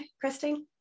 Christine